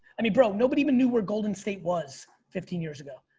i mean bro, nobody even knew where golden state was fifteen years ago.